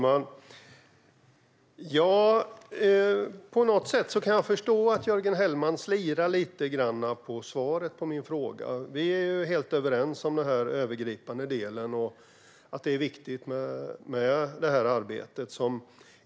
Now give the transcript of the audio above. Fru talman! På något sätt kan jag förstå att Jörgen Hellman slirar lite grann på svaret på min fråga. Vi är helt överens om den övergripande delen och om att det är viktigt med detta arbete.